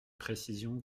précision